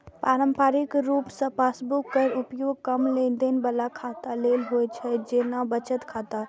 पारंपरिक रूप सं पासबुक केर उपयोग कम लेनदेन बला खाता लेल होइ छै, जेना बचत खाता